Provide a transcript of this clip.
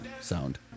sound